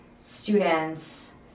students